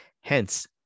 Hence